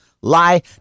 lie